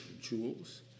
jewels